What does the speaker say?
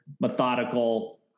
methodical